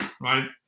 right